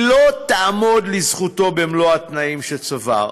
היא לא תעמוד לזכותו במלוא התנאים שצבר.